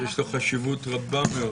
שש לו חשיבות רבה מאד.